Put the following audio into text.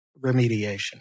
remediation